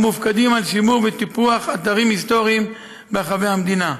המופקדים על שימור וטיפוח של אתרים היסטוריים ברחבי המדינה.